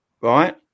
right